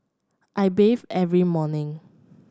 I bathe every morning